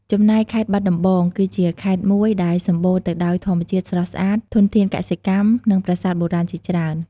ចំណែកខេត្តបាត់ដំបង គឺជាខេត្តមួយដែលសម្បូរទៅដោយធម្មជាតិស្រស់ស្អាត ធនធានកសិកម្ម និងប្រាសាទបុរាណជាច្រើន។